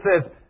says